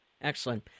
Excellent